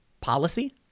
policy